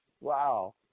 Wow